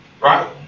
Right